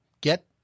get